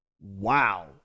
Wow